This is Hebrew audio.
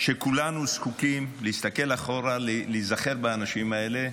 שכולנו זקוקים להסתכל אחורה, להיזכר באנשים האלה,